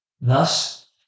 Thus